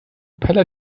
propeller